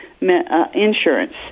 insurance